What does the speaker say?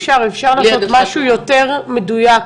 אפשר לעשות משהו יותר מדויק.